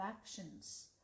actions